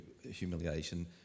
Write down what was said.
humiliation